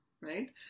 right